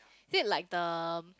is it like the